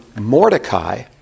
Mordecai